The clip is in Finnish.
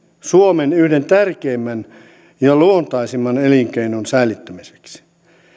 suomen yhden tärkeimmän ja luontaisimman elinkeinon säilyttämiseksi